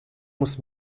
muss